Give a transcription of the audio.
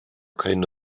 keine